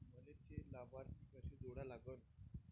मले थे लाभार्थी कसे जोडा लागन?